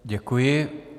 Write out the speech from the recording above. Děkuji.